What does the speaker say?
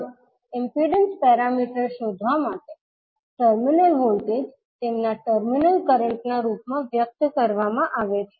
હવે impedance parameters શોધવા માટે ટર્મિનલ વોલ્ટેજ તેમના ટર્મિનલ કરંટના રૂપમાં વ્યક્ત કરવામાં આવે છે